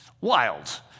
wild